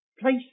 place